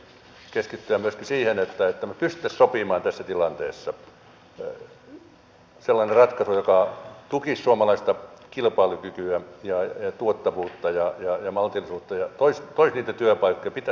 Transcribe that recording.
nyt meidän kaikkien kannattaisi keskittyä myöskin siihen että me pystyisimme sopimaan tässä tilanteessa sellaisen ratkaisun joka tukisi suomalaista kilpailukykyä tuottavuutta ja maltillisuutta ja säilyttäisi ja toisi niitä työpaikkoja